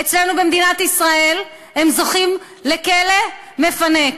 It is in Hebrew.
אצלנו במדינת ישראל הם זוכים לכלא מפנק.